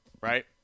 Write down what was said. right